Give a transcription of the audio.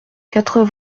quatre